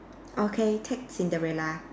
okay take Cinderella